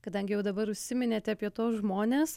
kadangi jau dabar užsiminėte apie tuos žmones